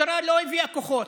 המשטרה לא הביאה כוחות.